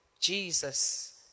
Jesus